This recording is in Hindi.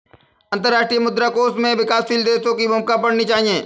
अंतर्राष्ट्रीय मुद्रा कोष में विकासशील देशों की भूमिका पढ़नी चाहिए